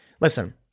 Listen